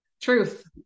Truth